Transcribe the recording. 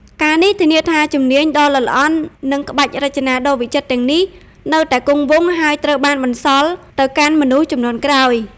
ការណ៍នេះធានាថាជំនាញដ៏ល្អិតល្អន់ និងក្បាច់រចនាដ៏វិចិត្រទាំងនេះនៅតែគង់វង្ស ហើយត្រូវបានបន្សល់ទៅកាន់មនុស្សជំនាន់ក្រោយ។